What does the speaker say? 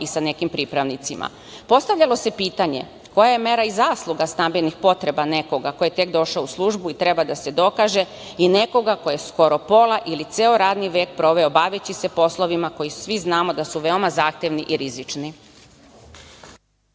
i sa nekim pripravnicima. Postavljalo se pitanje koja je mera i zasluga stambenih potreba nekoga ko je tek došao u službu i treba da se dokaže i nekoga ko je skoro pola ili ceo radni vek proveo baveći se poslovima koji svi znamo da su veoma zahtevni i rizični.